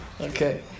Okay